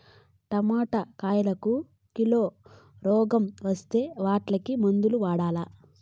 Tomato కాయలకు కిలో రోగం వస్తే ఎట్లాంటి మందులు వాడాలి?